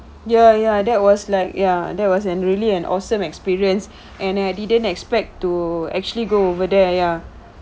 ya ya that was like ya that was an really an awesome experience and I didn't expect to actually go over there ya